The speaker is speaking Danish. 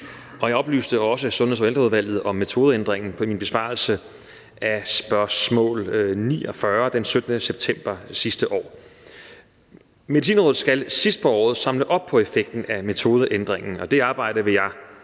Jeg oplyste også Sundheds- og Ældreudvalget om metodeændringen i min besvarelse af spørgsmål 49 den 17. september sidste år. Medicinrådet skal sidst på året samle op på effekten af metodeændringen. Det arbejde vil jeg